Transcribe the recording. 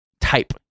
type